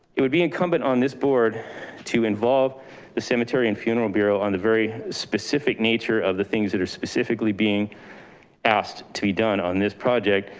it would be incumbent on this board to involve the cemetery and funeral bureau on the very specific nature of the things that are specifically being asked to be done on this project,